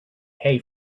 hay